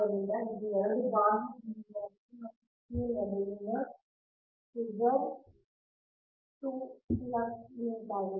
ಆದ್ದರಿಂದ ಇದು 2 ಬಾಹ್ಯ ಬಿಂದುಗಳ p ಮತ್ತು q ನಡುವಿನ ಫಿಗರ್ 2 ಫ್ಲಕ್ಸ್ ಲಿಂಕ್ ಆಗಿದೆ